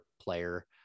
player